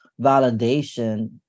validation